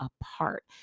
apart